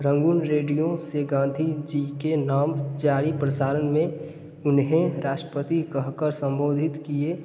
Rangoon radio से गांधी जी के नाम जारी प्रसारण में उन्हें राष्ट्रपति कह कर सम्बोधित किए